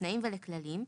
לתנאים ולכללים,